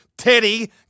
Teddy